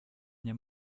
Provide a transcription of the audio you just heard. nie